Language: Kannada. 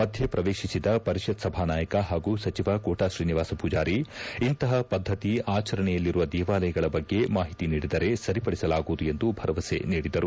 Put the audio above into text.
ಮಧ್ಯ ಪ್ರವೇಶಿಸಿದ ಪರಿಷತ್ ಸಭಾನಾಯಕ ಹಾಗೂ ಸಚಿವ ಕೋಟಾ ಶ್ರೀನಿವಾಸ ಮೂಜಾರಿ ಇಂತಪ ಪದ್ದತಿ ಆಚರಣೆಯಲ್ಲಿರುವ ದೇವಾಲಯಗಳ ಬಗ್ಗೆ ಮಾಹಿತಿ ನೀಡಿದರೆ ಸರಿಪಡಿಸಲಾಗುವುದು ಎಂದು ಭರವಸೆ ನೀಡಿದರು